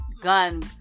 gun